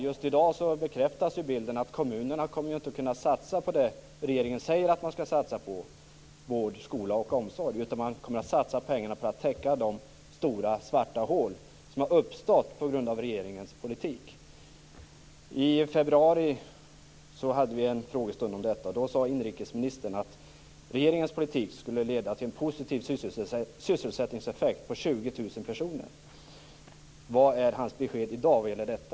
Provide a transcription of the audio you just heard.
Just i dag bekräftas bilden att kommunerna inte kommer att kunna satsa på det som regeringen säger att man skall satsa på, dvs. vård skola och omsorg, utan man kommer att satsa pengarna på att täcka de stora svarta hål som har uppstått på grund av regeringens politik. I februari hade vi en frågestund om detta. Då sade inrikesministern att regeringens politik skulle leda till en positiv sysselsättningseffekt motsvarande 20 000 jobb. Vad är hans besked i dag vad gäller detta?